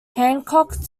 hancock